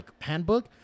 handbook